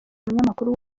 umunyamakuru